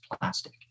plastic